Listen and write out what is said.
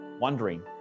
wondering